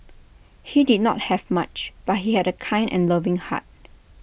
he did not have much but he had A kind and loving heart